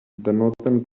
denoten